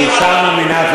כאישה מאמינה.